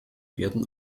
werden